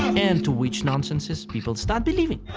and to which nonsenses people start believing.